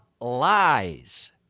lies